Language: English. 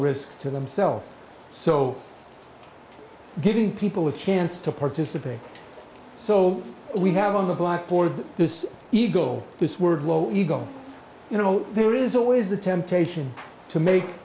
risk to themself so giving people a chance to participate so we have on the blackboard this ego this word low ego you know there is always the temptation to make